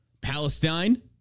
Palestine